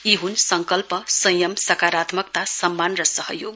यी दुई संकल्प संयम सकारात्मकता सम्मान र सहयोग